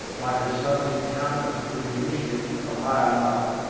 by her sudden encounter with the initiate of a higher love,